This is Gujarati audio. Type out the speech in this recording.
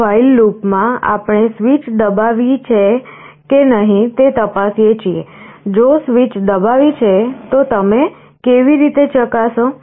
આ while લૂપ માં આપણે સ્વીચ દબાવી છે કે નહીં તે તપાસીએ છીએ જો સ્વીચ દબાવી છે તો તમે કેવી રીતે ચકાસો